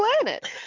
planet